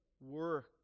work